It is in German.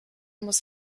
muss